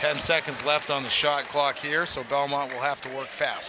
ten seconds left on the shot clock here so belmont will have to walk fast